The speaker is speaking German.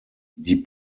die